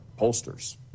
pollsters